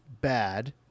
bad